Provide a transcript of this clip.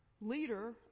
leader